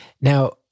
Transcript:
Now